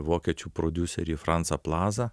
vokiečių prodiuserį francą plazą